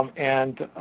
and